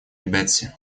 бетси